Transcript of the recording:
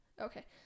okay